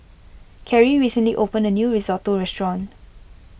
Carey recently opened a new Risotto restaurant